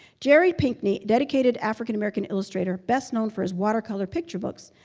jerry pinkney, dedicated african american illustrator, best known for his watercolor picture books,